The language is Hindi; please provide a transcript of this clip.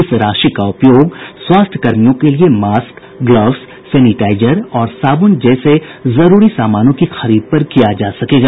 इस राशि का उपयोग स्वास्थ्य कर्मियों के लिए मास्क ग्लब्स सेनिटाइजर और साबुन जैसे जरूरी समानों की खरीद पर किया जा सकेगा